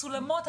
מצולמות.